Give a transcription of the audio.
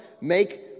make